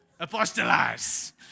Apostolize